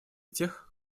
тех